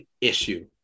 issue